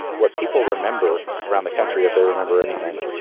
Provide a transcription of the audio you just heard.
what people remember around the country, if they remember anything,